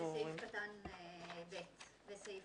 בסעיף קטן (ב) בסעיף